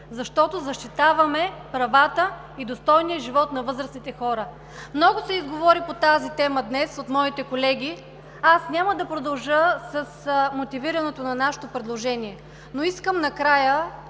защото защитаваме правата и достойния живот на възрастните хора. Много се изговори по тази тема днес от моите колеги – няма да продължа с мотивирането на нашето предложение. Но искам накрая